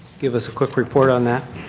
give us a quick report on that.